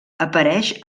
apareix